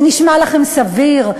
זה נשמע לכם סביר?